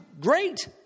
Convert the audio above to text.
great